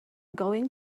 going